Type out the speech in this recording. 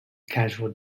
casual